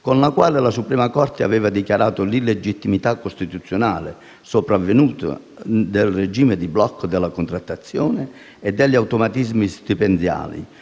con la quale la suprema Corte aveva dichiarato l'illegittimità costituzionale sopravvenuta del regime di blocco della contrattazione e degli automatismi stipendiali